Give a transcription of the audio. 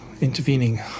intervening